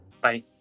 Bye